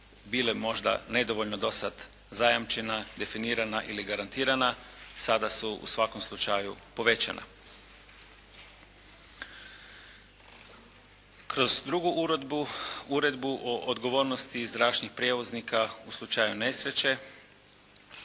bile možda nedovoljno do sad zajamčena, definirana ili garantirana. Sada su u svakom slučaju povećana. Kroz drugu uredbu o odgovornosti zračnih prijevoznika u slučaju nesreće